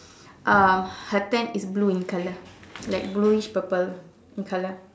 um her tent is blue in color like blueish purple in color